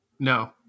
No